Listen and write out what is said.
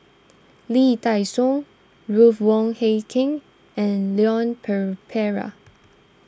Lee Dai Soh Ruth Wong Hie King and Leon